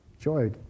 Joy